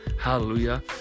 Hallelujah